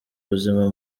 ubuzima